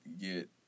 get